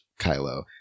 Kylo